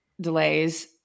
delays